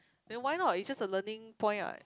then why not it's just a learning point what